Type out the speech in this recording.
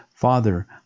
Father